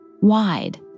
wide